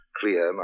clear